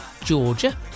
Georgia